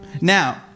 Now